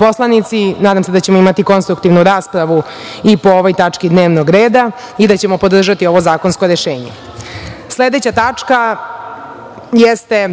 poslanici, nadam se da ćemo imati konstruktivnu raspravu i po ovoj tački dnevnog reda i da ćemo podržati ovo zakonsko rešenje. Sledeća tačka jeste